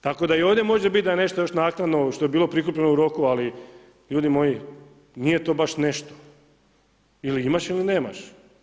Tako da i ovdje može biti da je nešto još naknadno što je bilo prikupljeno u roku, ali ljudi moji nije to baš nešto ili imaš ili nemaš.